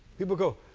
people go,